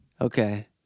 Okay